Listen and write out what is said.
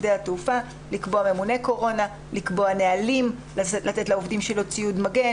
אתה צודק אבל